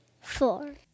four